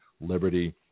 liberty